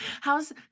How's